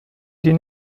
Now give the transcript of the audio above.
die